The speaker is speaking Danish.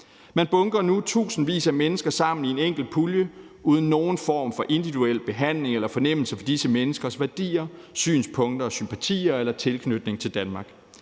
Man bunker nu tusindvis af mennesker sammen i en enkelt pulje uden nogen form for individuel behandling eller fornemmelse for disse menneskers værdier, synspunkter, sympatier eller tilknytning til Danmark.